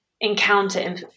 encounter